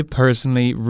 personally